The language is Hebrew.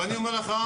אני אומר לך,